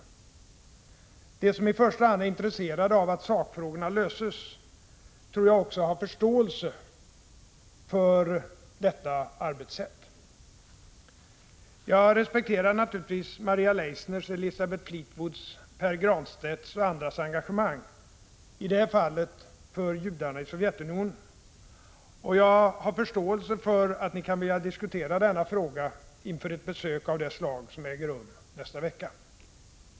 Jag tror att de som i första hand är intresserade av att sakfrågorna löses också har förståelse för detta arbetssätt. Jag respekterar naturligtvis Maria Leissners, Elisabeth Fleetwoods, Pär Granstedts och andras engagemang för, i det här fallet, judarna i Sovjetunionen. Jag har förståelse för att ni kan vilja diskutera denna fråga inför ett besök av det slag som äger rum nästa vecka.